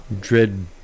dread